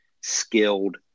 skilled